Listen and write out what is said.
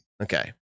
Okay